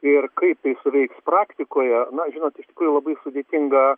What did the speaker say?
ir kaip tai suveiks praktikoje na žinot iš tikrųjų labai sudėtinga